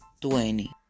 twenty